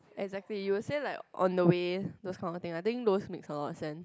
exactly you will say like on the way those kind of thing I think those makes a lot sense